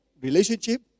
relationship